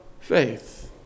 faith